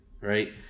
Right